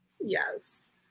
Yes